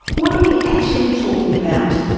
what are we actually talking about?